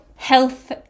Health